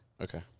Okay